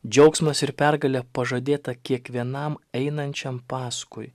džiaugsmas ir pergalė pažadėta kiekvienam einančiam paskui